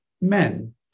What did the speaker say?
men